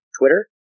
Twitter